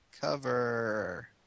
Cover